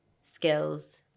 skills